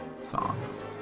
songs